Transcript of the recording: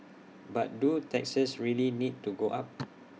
but do taxes really need to go up